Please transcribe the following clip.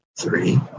three